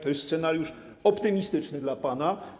To jest scenariusz optymistyczny dla pana.